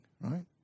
right